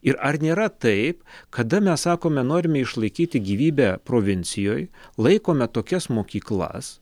ir ar nėra taip kada mes sakome norime išlaikyti gyvybę provincijoj laikome tokias mokyklas